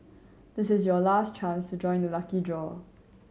this is your last chance to join the lucky draw